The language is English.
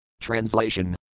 Translation